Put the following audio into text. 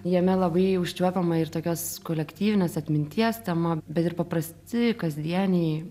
jame labai užčiuopiama ir tokios kolektyvinės atminties tema bet ir paprasti kasdieniai